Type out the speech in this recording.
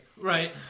Right